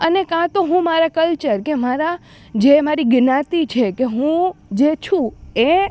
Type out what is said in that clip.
અને કાં તો હું મારા કલ્ચર કે મારા જે મારી જ્ઞાતિ છે કે હું જે છું એ